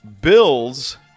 Bills